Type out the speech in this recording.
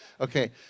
Okay